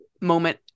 moment